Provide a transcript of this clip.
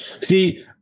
See